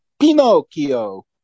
Pinocchio